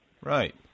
Right